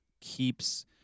keeps